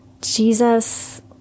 Jesus